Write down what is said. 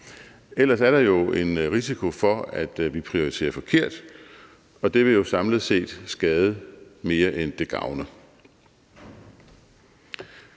Ellers er der jo en risiko for, at vi prioriterer forkert, og det vil samlet set skade mere, end det vil gavne.